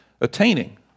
attaining